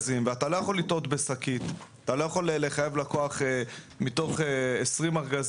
כולל שהקופאיות לא סופרות את השקיות.